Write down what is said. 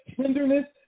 tenderness